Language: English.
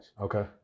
Okay